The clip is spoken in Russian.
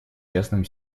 частным